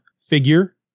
figure